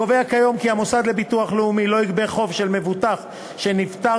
קובע כיום כי המוסד לביטוח לאומי לא יגבה חוב של מבוטח שנפטר